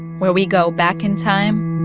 where we go back in time.